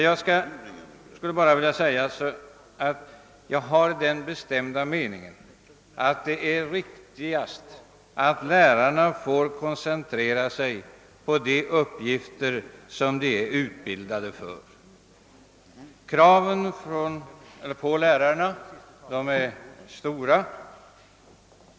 Jag är av den bestämda meningen att lärarna skall få koncentrera sig på de uppgifter som de är utbildade för. Kraven på lärarna är höga.